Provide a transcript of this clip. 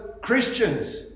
christians